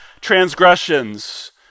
transgressions